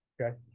Okay